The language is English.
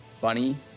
Bunny